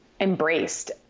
embraced